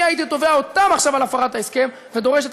אני הייתי תובע אותם עכשיו על הפרת ההסכם ודורש את